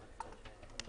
אדוני.